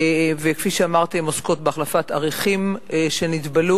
וכפי שאמרתי הן עוסקות בהחלפת אריחים שנתבלו.